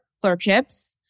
clerkships